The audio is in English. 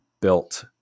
built